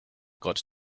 got